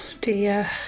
dear